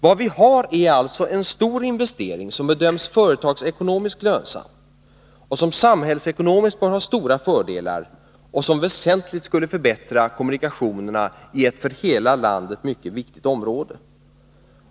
Vad det gäller är alltså en stor investering som bedöms företagsekonomiskt lönsam, som samhällsekonomiskt bör ha stora fördelar och som väsentligt skulle förbättra kommunikationerna i ett för hela landet mycket viktigt område.